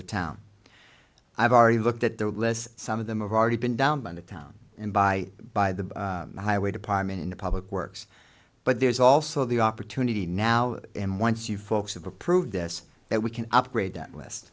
the town i've already looked at their list some of them already been down by the town and by by the highway department in the public works but there's also the opportunity now and once you folks have approved this that we can upgrade that list